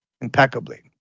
impeccably